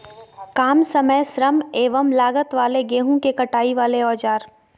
काम समय श्रम एवं लागत वाले गेहूं के कटाई वाले औजार?